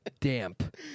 damp